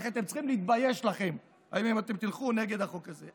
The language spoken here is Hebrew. לכן אתם צריכים להתבייש לכם אם אתם תלכו נגד החוק הזה.